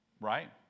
right